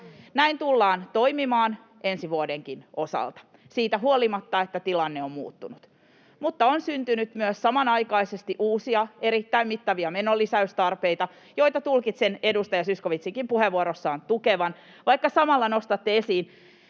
Näin tullaan toimimaan ensi vuodenkin osalta siitä huolimatta, että tilanne on muuttunut. Mutta on syntynyt myös samanaikaisesti uusia erittäin mittavia menolisäystarpeita, joita tulkitsen edustaja Zyskowiczinkin puheenvuorossaan tukevan, vaikka samalla nostatte esiin,